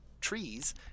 trees